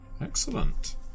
Excellent